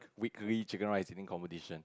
weekly chicken rice eating competition